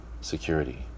security